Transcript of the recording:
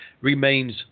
remains